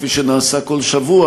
כפי שנעשה כל שבוע,